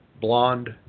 blonde